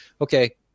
Okay